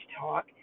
talk